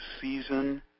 season